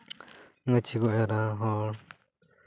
ᱜᱟᱹᱪᱷᱤ ᱠᱚ ᱮᱨᱟ ᱦᱚᱲ